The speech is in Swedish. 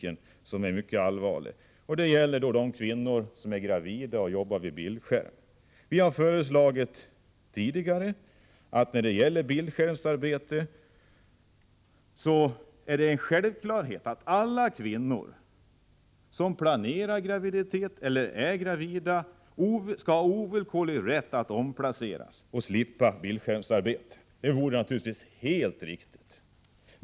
En mycket allvarlig fråga i detta sammanhang gäller gravida kvinnor som arbetar vid bildskärm. Vi har tidigare föreslagit att alla kvinnor som planerar graviditet eller som är gravida skall få ovillkorlig rätt till omplacering för att slippa bildskärmsarbete. Det vore naturligtvis helt befogat.